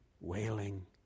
wailing